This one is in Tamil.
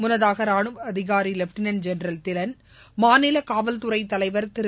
முன்னதாக ராணுவ அதிகாரி லெப்டினன் ஜெனரல் திலன் மாநில காவல்துறை தலைவர் திரு